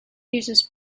uses